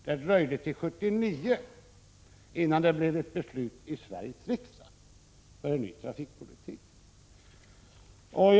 Det dröjde till 1979 innan det blev ett beslut i Sveriges riksdag om en ny trafikpolitik.